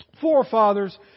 forefathers